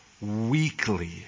weekly